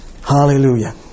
Hallelujah